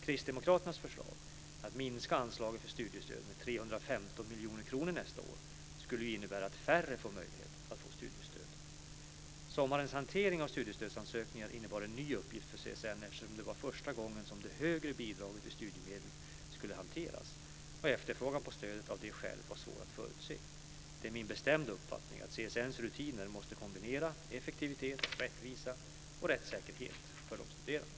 Kristdemokraternas förslag att minska anslagen för studiestöd med 315 miljoner kronor nästa år skulle innebära att färre får möjlighet att få studiestöd. Sommarens hantering av studiestödsansökningar innebar en ny uppgift för CSN, eftersom det var första gången som det högre bidraget i studiemedlen skulle hanteras och efterfrågan på stödet av det skälet var svår att förutse. Det är min bestämda uppfattning att CSN:s rutiner måste kombinera effektivitet, rättvisa och rättssäkerhet för de studerande.